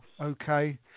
Okay